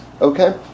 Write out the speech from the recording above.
Okay